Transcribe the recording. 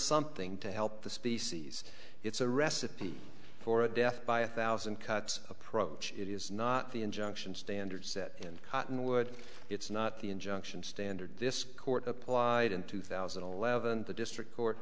something to help the species it's a recipe for a death by a thousand cuts approach it is not the injunction standard set in cottonwood it's not the injunction standard this court applied in two thousand and eleven the district court